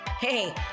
Hey